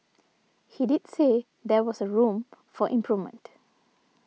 he did say there was a room for improvement